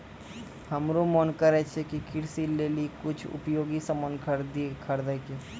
हमरो मोन करै छै कि कृषि लेली कुछ उपयोगी सामान खरीदै कै